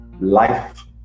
Life